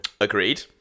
agreed